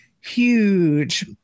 huge